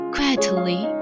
Quietly